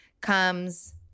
Comes